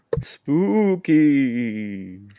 Spooky